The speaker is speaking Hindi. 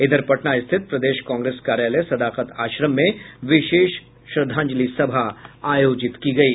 इधर पटना स्थित प्रदेश कांग्रेस कार्यालय सदाकत आश्रम में विशेष श्रद्धांजलि सभा आयोजित की गयी